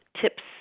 tips